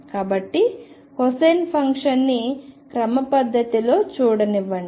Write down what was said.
కాబట్టి కొసైన్ ఫంక్షన్ని క్రమపద్ధతిలో చూపనివ్వండి